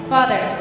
Father